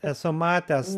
esu matęs